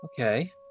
Okay